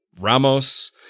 Ramos